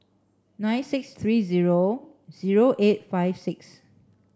nine six three zero zero eight five six